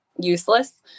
useless